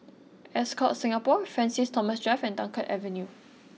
Ascott Singapore Francis Thomas Drive and Dunkirk Avenue